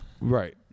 Right